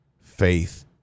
faith